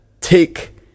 take